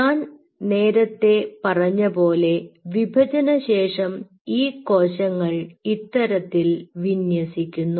ഞാൻ നേരത്തെ പറഞ്ഞപോലെ വിഭജന ശേഷം ഈ കോശങ്ങൾ ഇത്തരത്തിൽ വിന്യസിക്കുന്നു